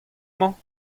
mañ